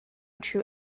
true